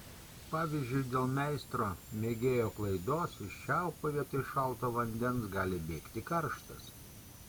pavyzdžiui dėl meistro mėgėjo klaidos iš čiaupo vietoj šalto vandens gali bėgti karštas